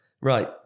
Right